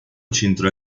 centro